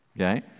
Okay